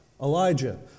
Elijah